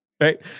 Right